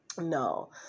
no